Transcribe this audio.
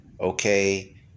okay